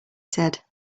said